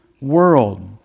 world